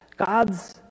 God's